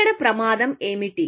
ఇక్కడ ప్రమాదం ఏమిటి